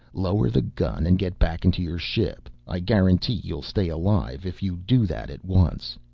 lower the gun and get back into your ship, i guarantee you'll stay alive if you do that at once.